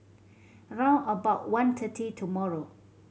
round about one thirty tomorrow